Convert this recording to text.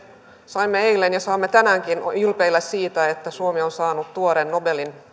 saimme eilen ja saamme tänäänkin ylpeillä siitä että suomi on saanut tuoreen nobelin